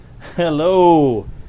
Hello